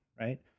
right